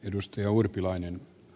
arvoisa puhemies